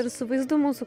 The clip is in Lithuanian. ir su vaizdu mūsų